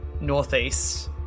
northeast